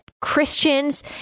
Christians